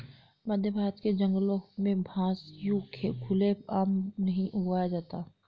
मध्यभारत के जंगलों में बांस यूं खुले आम नहीं उगाया जाता